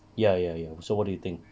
ya ya ya so what do you think